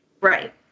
Right